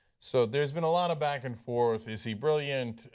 so there has been a lot of back and forth, is he brilliant?